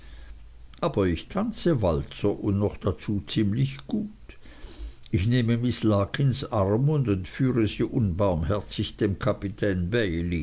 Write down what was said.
aber ich tanze walzer und noch dazu ziemlich gut ich nehme miß larkins arm und entführe sie unbarmherzig dem kapitän